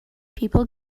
people